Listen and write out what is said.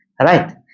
Right